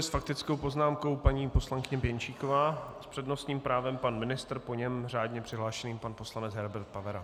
S faktickou poznámkou paní poslankyně Pěnčíková, s přednostním právem pan ministr, po něm řádně přihlášený pan poslanec Herbert Pavera.